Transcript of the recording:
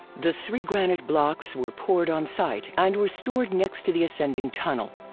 the three granite blocks were poured on site and were stored next to the ascending tunnel.